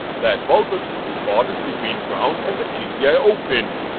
that voltage is recorded between ground and the gpio pin.